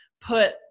put